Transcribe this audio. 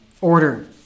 order